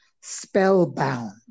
spellbound